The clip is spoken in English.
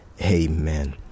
Amen